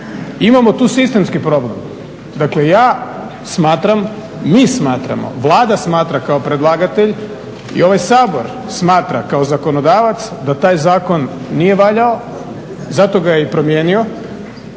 Imamo tu sistemski problem. Dakle, ja smatram, mi smatramo, Vlada smatra kao predlagatelj i ovaj Sabor smatra kao zakonodavac da taj zakon nije valjao, zato ga je i promijenio,